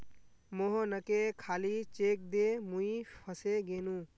मोहनके खाली चेक दे मुई फसे गेनू